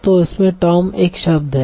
तो इसमें टॉम एक शब्द है